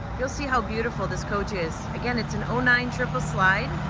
you'll see how beautiful this coach is. again, it's an ah nine triple slide,